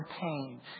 pain